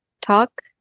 talk